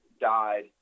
died